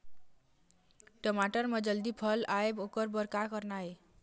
टमाटर म जल्दी फल आय ओकर बर का करना ये?